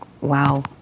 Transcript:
wow